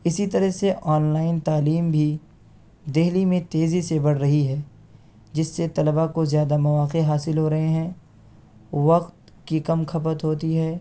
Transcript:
اسی طرح سے آن لائن تعلیم بھی دلی میں تیزی سے بڑھ رہی ہے جس سے طلبا کو زیادہ مواقعے حاصل ہو رہے ہیں وقت کی کم کھپت ہوتی ہے